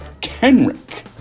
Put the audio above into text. Kenrick